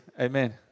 Amen